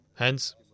Hence